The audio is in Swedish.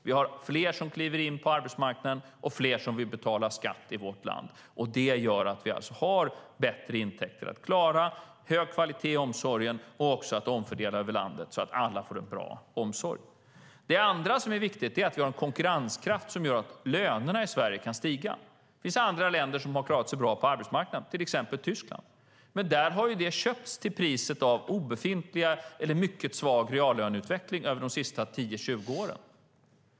Vi har fler som kliver in på arbetsmarknaden och fler som vill betala skatt i vårt land. Det gör att vi har bättre intäkter att klara hög kvalitet i omsorgen och att omfördela över landet så att alla får en bra omsorg. Den andra viktiga faktorn är att vi har en konkurrenskraft som gör att lönerna i Sverige kan stiga. Det finns andra länder som har klarat sig bra på arbetsmarknaden, till exempel Tyskland, men där har det köpts till priset av obefintlig eller mycket svag reallöneutveckling under de senaste 10-20 åren.